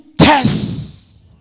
tests